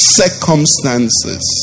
circumstances